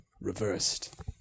reversed